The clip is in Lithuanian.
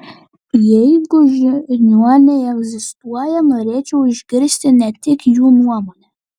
jeigu žiniuoniai egzistuoja norėčiau išgirsti ne tik jų nuomonę